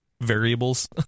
variables